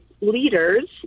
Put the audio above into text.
leaders